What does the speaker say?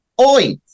Oi